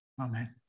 Amen